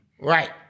Right